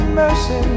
mercy